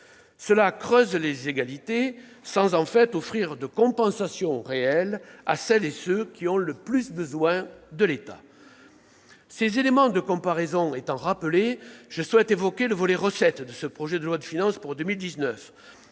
Cela creuse les inégalités, sans offrir de compensations réelles à celles et ceux qui ont le plus besoin de l'État. Ces éléments de contexte étant rappelés, je souhaite évoquer le volet recettes du projet de loi de finances pour 2019.